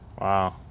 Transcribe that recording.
Wow